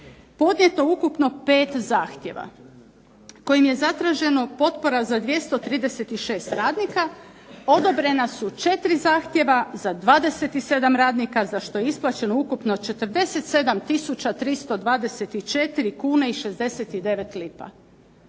podnijeto ukupno 5 zahtjeva kojim je zatraženo potpora za 236 radnika, odobrena su 4 zahtjeva za 27 radnika, za što je isplaćeno ukupno 47 tisuća 324 kune i 69 lipa.